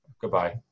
Goodbye